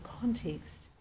context